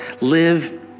Live